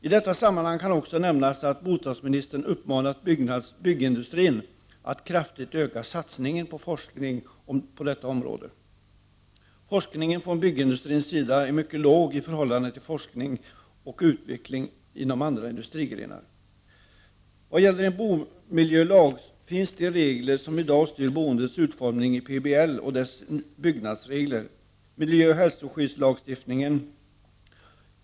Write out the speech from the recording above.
I det här sammanhanget kan också nämnas att bostadsministern har uppmanat byggindustrin att kraftigt öka satsningen på forskning inom detta område. Nivån när det gäller forskningen från byggindustrins sida är mycket låg i förhållande till vad som gäller för forskning och utveckling inom andra industrigrenar. Vad gäller en bomiljölag finns de regler som i dag styr boendets utformning i PBL och dess byggnadsregler samt i miljöoch hälsoskyddslagstiftningen.